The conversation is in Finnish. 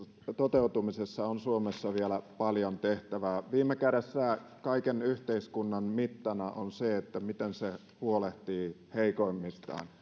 toteutumisessa on suomessa vielä paljon tehtävää viime kädessä kaiken yhteiskunnan mittana on se miten se huolehtii heikoimmistaan